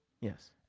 yes